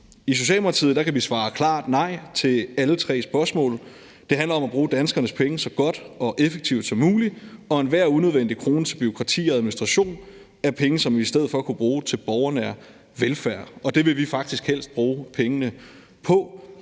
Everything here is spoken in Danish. I Socialdemokratiet kan vi svare klart nej til alle tre spørgsmål. Det handler om at bruge danskernes penge så godt og effektivt som muligt, og enhver unødvendig krone til bureaukrati og administration er penge, som vi i stedet for kunne bruge til borgernær velfærd, og det vil vi faktisk kan bruge pengene på.